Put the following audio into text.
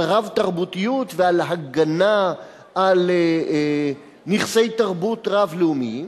רב-תרבותיות ועל הגנה על נכסי תרבות רב-לאומיים.